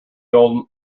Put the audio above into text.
old